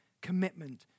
commitment